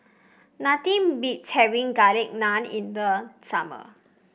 nothing beats having Garlic Naan in the summer